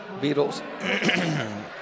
Beatles